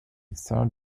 third